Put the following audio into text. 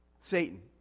Satan